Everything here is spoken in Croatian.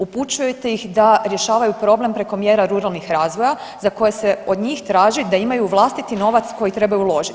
Upućujete ih da rješavaju problem preko mjera ruralnih razvoja za koje se od njih traži da imaju vlastiti novac koji trebaju uložiti.